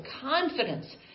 confidence